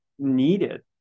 needed